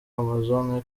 amazon